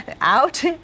out